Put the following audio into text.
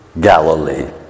Galilee